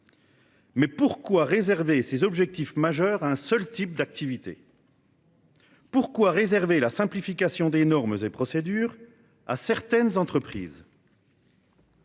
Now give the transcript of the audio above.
pourquoi réserver ces objectifs majeurs à un seul type d'activité ? Pourquoi réserver la simplification des normes et des procédures à certaines entreprises ?